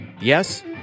Yes